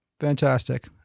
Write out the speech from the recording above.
Fantastic